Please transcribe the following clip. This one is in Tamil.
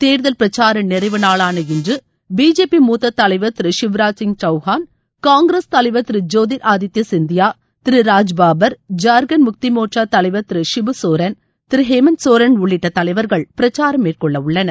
தேர்தல் பிரச்சார நிறைவு நாளான இன்று பிஜேபி மூத்த தலைவர் திரு ஷிவ்ராஜ் சிங் சவுரான் காங்கிரஸ் தலைவர் திரு ஜோதிர் ஆதித்ய சிந்தியா திரு ராஜ் பப்பர் ஜார்கண்ட் முக்தி மோச்சா தலைவர் திரு சிபு சோரன் திரு ஹேமந்த் சோரன் உள்ளிட்ட தலைவர்கள் பிரச்சாரம் மேற்கொள்ள உள்ளனர்